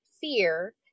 Fear